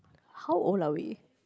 how old are we